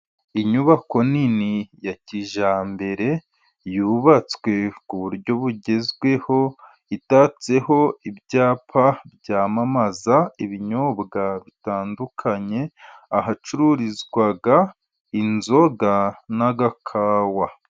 Inyubako nini ya kijyambere, yubatswe ku buryo bugezweho, itatseho ibyapa byamamaza ibinyobwa bitandukanye, ahacururizwa inzoga n'agakawa.